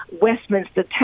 Westminster